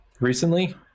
Recently